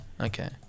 Okay